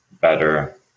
better